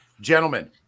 Gentlemen